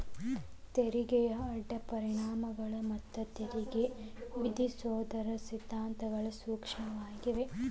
ತೆರಿಗೆಯ ಅಡ್ಡ ಪರಿಣಾಮಗಳ ಮತ್ತ ತೆರಿಗೆ ವಿಧಿಸೋದರ ಸಿದ್ಧಾಂತಗಳ ಸೂಕ್ಷ್ಮ ಅರ್ಥಶಾಸ್ತ್ರದಾಗ ಪ್ರಮುಖ ವಿಷಯವಾಗ್ಯಾದ